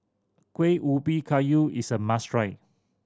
Kuih Ubi Kayu is a must try